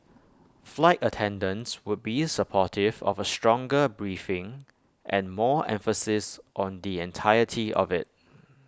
flight attendants would be supportive of A stronger briefing and more emphasis on the entirety of IT